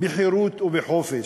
בחירות ובחופש.